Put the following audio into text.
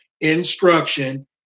instruction